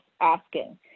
asking